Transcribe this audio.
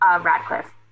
Radcliffe